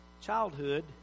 childhood